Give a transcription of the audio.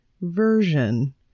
version